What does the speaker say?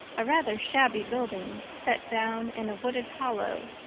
a rather shabby building set down in a wooded hollow,